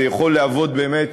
זה יכול להיות באמת